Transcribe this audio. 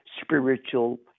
spiritual